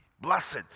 Blessed